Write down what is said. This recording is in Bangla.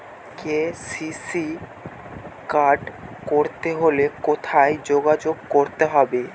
কে.সি.সি কার্ড করতে হলে কোথায় যোগাযোগ করতে হবে?